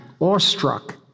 awestruck